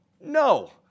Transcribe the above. no